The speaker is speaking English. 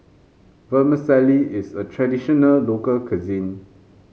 vermicelli is a traditional local cuisine